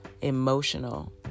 emotional